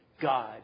God